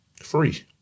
Free